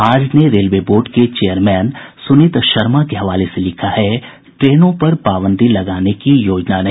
आज ने railway board के चेयरमैन सुनीत शर्मा के हवाले से लिखा है ट्रेनों पर पाबंदी लगाने की योजना नहीं